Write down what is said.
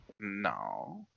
No